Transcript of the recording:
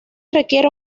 requiere